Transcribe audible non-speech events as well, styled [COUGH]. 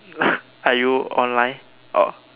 [BREATH] are you online or